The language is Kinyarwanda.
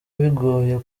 bigoye